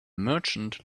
merchant